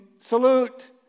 salute